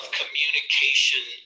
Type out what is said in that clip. communication